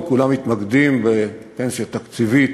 כולם מתמקדים בפנסיה התקציבית